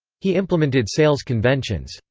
he implemented sales conventions,